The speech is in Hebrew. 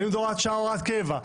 האם זו הוראת שעה הוראת קבע,